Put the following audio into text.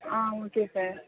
ah okay sir